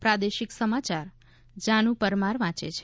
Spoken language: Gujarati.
પ્રાદેશિક સમાચાર જાનુ પરમાર વાંચે છે